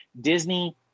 Disney